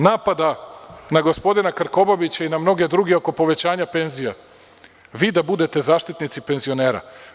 Što se tiče napada na gospodina Krkobabića i na mnoge druge oko povećanja penzija, vi da budete zaštitnici penzionera?